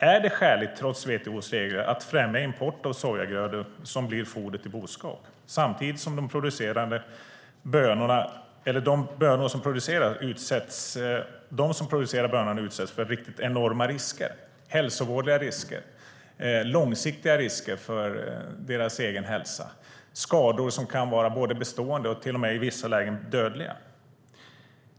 Är det skäligt, trots WTO:s regler, att främja import av sojagrödor som blir foder till boskap samtidigt som de som producerar bönorna utsätts för enorma hälsovådliga risker, långsiktiga risker för deras egen hälsa, skador som kan vara både bestående och till och med i vissa lägen dödliga?